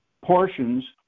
portions